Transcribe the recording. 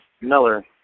Miller